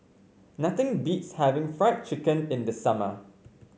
nothing beats having Fried Chicken in the summer